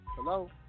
Hello